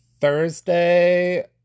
Thursday